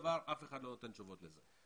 אף אחד לא נותן תשובות לזה.